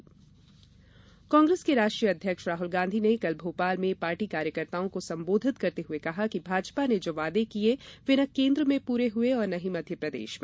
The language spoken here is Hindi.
राहुल गांधी कांग्रेस के राष्ट्रीय अध्यक्ष राहल गाँधी ने कल भोपाल में पार्टी कार्यकर्ताओं को संबोधित करते हुए कहा कि भाजपा ने जो वादे किये वे न केन्द्र में पूरे हुए और न ही मध्यप्रदेश में